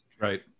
right